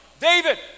David